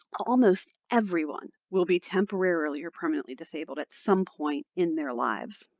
almost everyone will be temporarily or permanently disabled at some point in their lives.